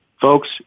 Folks